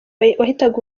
wahitaga